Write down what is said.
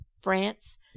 france